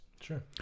Sure